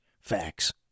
Facts